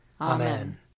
Amen